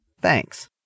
Thanks